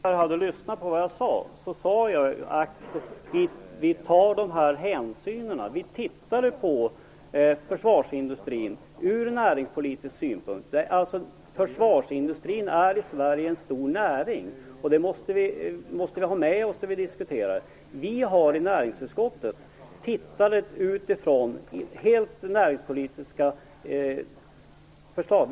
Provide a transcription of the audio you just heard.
Herr talman! Om Annika Nordgren hade lyssnat på vad jag sade hade hon uppfattat varför vi tar dessa hänsyn. Vi tittar på försvarsindustrin ur näringspolitisk synpunkt. Försvarsindustrin är i Sverige en stor näring, och det måste vi ha med oss när vi diskuterar. Vi i näringsutskottet har tittat på det här utifrån helt näringspolitiska utgångspunkter.